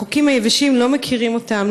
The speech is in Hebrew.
החוקים היבשים לא מכירים אותם,